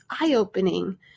eye-opening